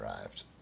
arrived